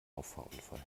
auffahrunfall